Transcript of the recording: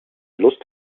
lust